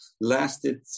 lasted